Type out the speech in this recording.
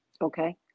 Okay